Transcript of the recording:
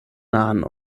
nahen